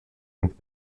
und